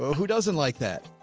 who doesn't like that?